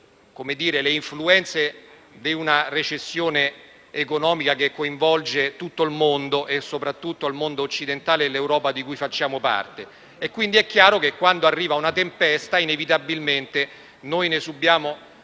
le influenze di una recessione economica che coinvolge tutto il mondo e soprattutto il mondo occidentale e l'Europa di cui facciamo parte. È chiaro quindi che quando arriva una tempesta inevitabilmente noi ne subiamo